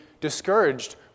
discouraged